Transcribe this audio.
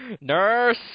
Nurse